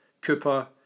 Cooper